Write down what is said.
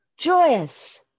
Joyous